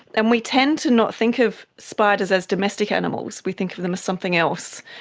and we tend to not think of spiders as domestic animals, we think of them as something else.